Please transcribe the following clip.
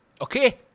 Okay